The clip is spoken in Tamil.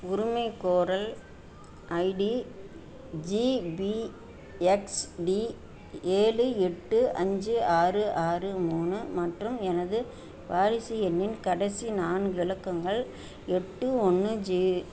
உரிமைகோரல் ஐடி ஜிபிஎக்ஸ்டி ஏழு எட்டு அஞ்சு ஆறு ஆறு மூணு மற்றும் எனது பாலிசி எண்ணின் கடைசி நான்கு இலக்கங்கள் எட்டு ஒன்று ஜி